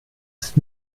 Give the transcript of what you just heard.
ist